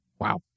Wow